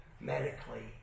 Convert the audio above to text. medically